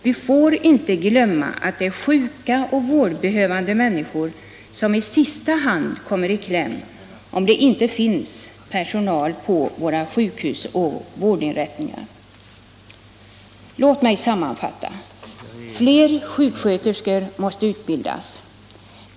Vi får inte glömma att det är sjuka och vårdbehövande människor som i sista hand kommer i kläm om det inte finns personal på våra sjukhus och vårdinrättningar. Låt mig sammanfatta: Fler sjuksköterskor måste utbildas.